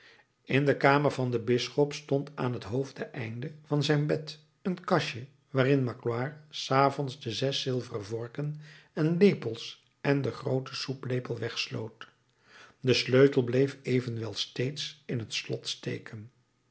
in de kamer van den bisschop stond aan het hoofdeneinde van zijn bed een kastje waarin magloire s avonds de zes zilveren vorken en lepels en den grooten soeplepel wegsloot de sleutel bleef evenwel steeds in t slot steken